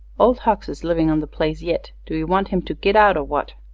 old hucks is livin on the place yit do you want him to git out or what?